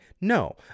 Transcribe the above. No